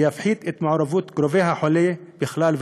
ויפחית את מעורבות קרובי החולה בכלל,